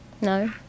No